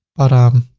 but,